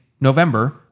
November